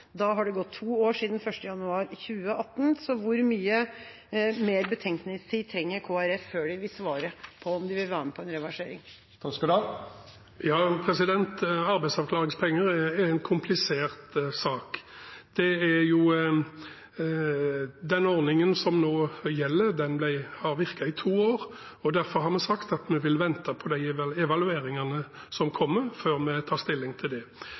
Da har det gått to år siden 1. januar 2018. Hvor mye mer betenkningstid trenger Kristelig Folkeparti før de vil svare på om de vil være med på en reversering? Arbeidsavklaringspenger er en komplisert sak. Den ordningen som nå gjelder, har virket i to år, og derfor har vi sagt at vi vil vente på de evalueringene som kommer, før vi tar stilling til det.